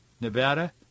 Nevada